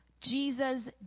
Jesus